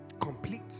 Complete